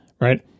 right